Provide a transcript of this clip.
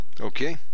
Okay